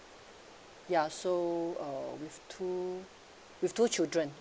ya so uh with two with two children